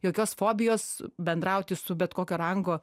jokios fobijos bendrauti su bet kokio rango